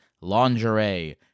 lingerie